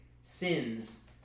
sins